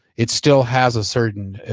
it still has a certain,